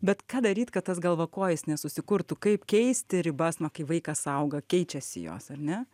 bet ką daryt kad tas galvakojis nesusikurtų kaip keisti ribas kai vaikas auga keičiasi jos ar ne